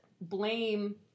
blame